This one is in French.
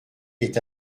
est